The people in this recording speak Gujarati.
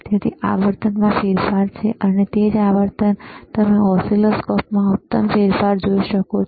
તેથી આવર્તનમાં ફેરફાર છે અને તે જ આવર્તન તમે ઓસિલોસ્કોપમાં ઉત્તમ ફેરફાર જોઈ શકો છો